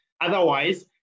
Otherwise